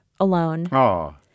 alone